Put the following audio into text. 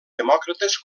demòcrates